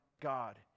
God